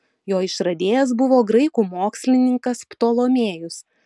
jo išradėjas buvo graikų mokslininkas ptolomėjus